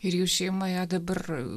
ir jų šeimoje dabar